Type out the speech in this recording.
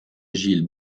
gilles